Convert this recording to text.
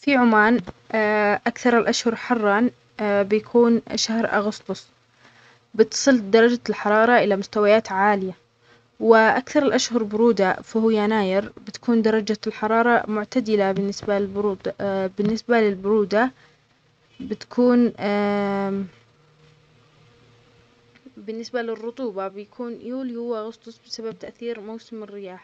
في عمان أكثر الأشهر حرا بيكون شهر أغسطس، بتصل درجة الحرارة إلى مستويات عالية، وأكثر الأشهر برودة فهو يناير بتكون درجة الحرارة معتدلة بالنسبة للبرود-بالنسبة للبرودة بتكون بالنسبة للرطوبة بيكون يوليو يوليو أغسطس بسبب تأثير موسم الرياح.